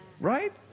Right